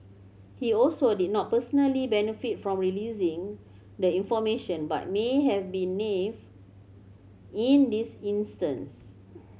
he also did not personally benefit from releasing the information but may have been nave in this instance